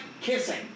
kissing